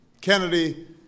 Kennedy